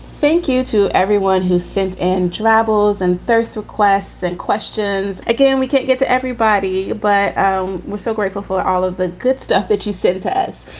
thank you to everyone who sent in travels and thirst requests and questions again, we can't get to everybody, but um we're so grateful for all of the good stuff that you said to us,